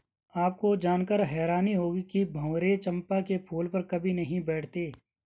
आपको जानकर हैरानी होगी कि भंवरे चंपा के फूल पर कभी नहीं बैठते